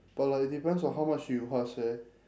but like it depends on how much you how to say